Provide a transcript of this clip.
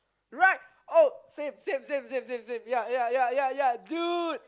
right oh same same same same same same ya ya ya ya ya dude